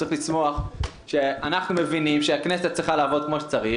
צריכים לשמוח שאנחנו מבינים שהכנסת צריכה לעבוד כפי שצריך